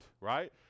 right